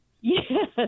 Yes